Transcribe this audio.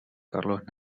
carlos